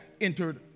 entered